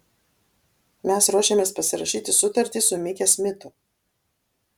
mes ruošiamės pasirašyti sutartį su mike smitu